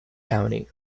county